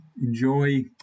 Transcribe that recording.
enjoy